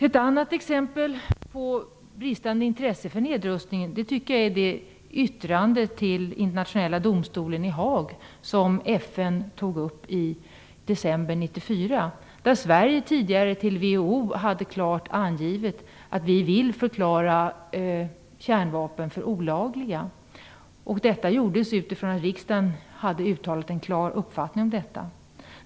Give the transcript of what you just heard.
Ett annat exempel på bristande intresse för nedrustning tycker jag är det yttrande till Internationella domstolen i Haag som FN tog upp i december 1994. Sverige hade tidigare till WHO klart angivit att vi vill förklara kärnvapen för olagliga. Detta gjordes utifrån att riksdagen hade uttalat en klar uppfattning.